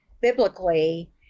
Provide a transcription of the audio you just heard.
biblically